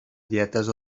dietes